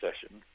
session